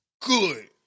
good